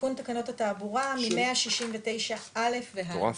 תיקון תקנות התעבורה מ-169 א' והלאה.